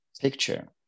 picture